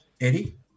Eddie